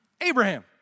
Abraham